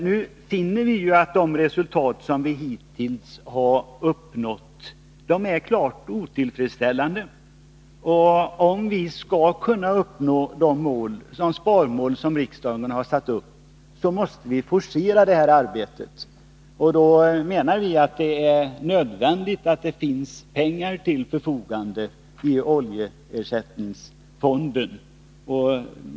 Nu finner vi att de resultat som vi hittills har uppnått är klart otillfredsställande, och om vi skall kunna uppnå det sparmål som riksdagen harsatt upp måste vi forcera detta arbete. Då är det, menar vi, nödvändigt att det finns pengar till förfogande i oljeersättningsfonden.